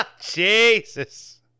Jesus